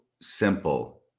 simple